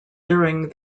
during